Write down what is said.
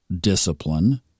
discipline